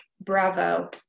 bravo